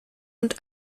und